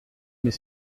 mais